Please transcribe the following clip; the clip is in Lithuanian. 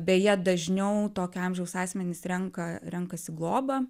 beje dažniau tokio amžiaus asmenys renka renkasi globą